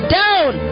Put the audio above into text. down